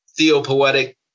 theopoetic